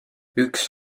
üks